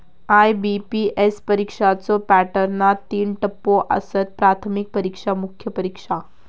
IBPS परीक्षेच्यो पॅटर्नात तीन टप्पो आसत, प्राथमिक परीक्षा, मुख्य परीक्षा